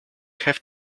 have